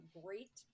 great